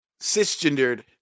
cisgendered